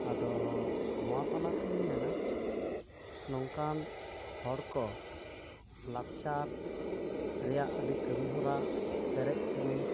ᱟᱫᱚ ᱱᱚᱣᱟ ᱛᱟᱞᱟᱛᱤᱧ ᱢᱮᱱᱟ ᱱᱚᱝᱠᱟᱱ ᱦᱚᱲ ᱠᱚ ᱞᱟᱠᱪᱟᱨ ᱨᱮᱭᱟᱜ ᱟᱹᱰᱤ ᱠᱟᱹᱢᱤ ᱦᱚᱨᱟ ᱯᱮᱨᱮᱡ ᱯᱩᱨᱩᱱ